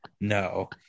no